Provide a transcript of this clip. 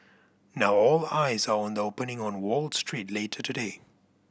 now all eyes are on the opening on Wall Street later today